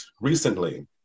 recently